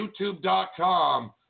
YouTube.com